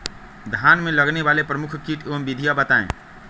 धान में लगने वाले प्रमुख कीट एवं विधियां बताएं?